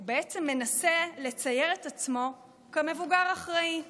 הוא בעצם מנסה לצייר את עצמו כמבוגר האחראי.